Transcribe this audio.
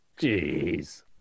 Jeez